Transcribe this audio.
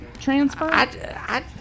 Transfer